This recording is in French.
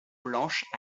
blanche